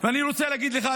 אני רוצה להגיד לך,